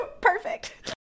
Perfect